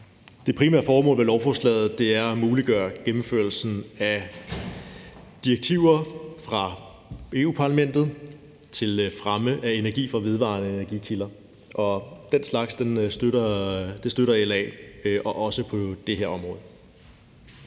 Det primære formål med lovforslaget er at muliggøre gennemførelsen af direktiver fra Europa-Parlamentet til fremme af energi fra vedvarende energikilder, og den slags støtter LA, også på det her område.